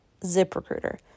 ZipRecruiter